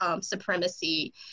supremacy